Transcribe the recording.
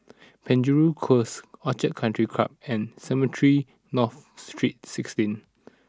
Penjuru Close Orchid Country Club and Cemetry North Street sixteen